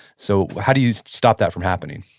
so how do you stop that from happening?